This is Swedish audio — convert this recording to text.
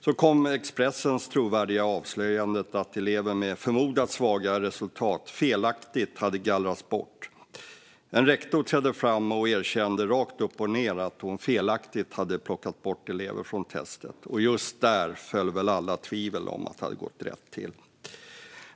Sedan kom Expressens trovärdiga avslöjande att elever med förmodat svaga resultat felaktigt hade gallrats bort. En rektor trädde fram och erkände rakt upp och ned att hon felaktigt hade plockat bort elever från testet, och just där föll väl allt hopp om att det hade gått rätt till.